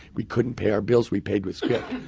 we couldn't pay our bills, we paid with script.